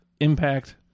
Impact